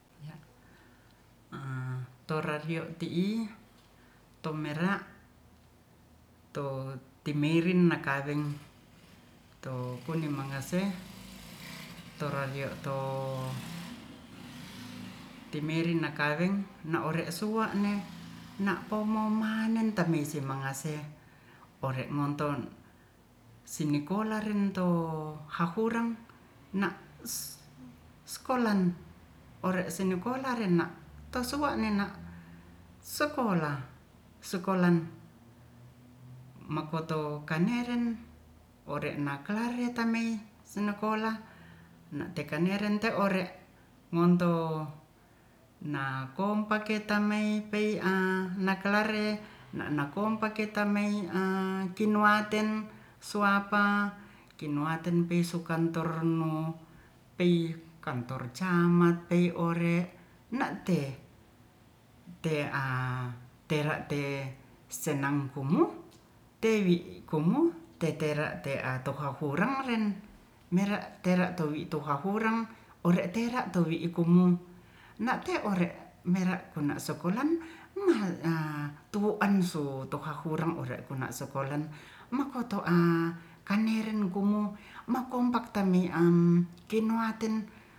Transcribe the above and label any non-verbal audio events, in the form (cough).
Ya' a'torario ti'i tomera'to timeirin nakaweng to (noise) kunni mangase torario to timiring nakaweng na'ore sua'ne na'popomomanen tami'simang mangaseh ore'monton sinikolar rento hahurang na'us skolan ore'sinikolarenna'to'sua nena' sekolah- an makoto kaneren ore'na klaretamei sene'kola na'tekanerente'ore'ngonto na kompaketeimepei'a nak klare nak nakompaketamei'a kinwaten suwapa kiwaten pisukantor nu pei kantor camat pei ore na'te'a tera te' senang kumuh te'i wi kumuh tetera te'a tokahurang ren mera'tera towi tuhahurang ore'tera towi iku'mu na'te ore mera'kunas sokolan ma'a tu'anso tokhahurang ore'kuna sokolan makoto'a kaneren kumu'makompak ta'mi'an kinwaten